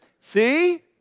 See